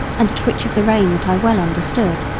and a twitch of the rein that i well understood.